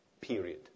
Period